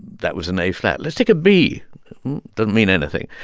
that was an a flat. let's take a b doesn't mean anything.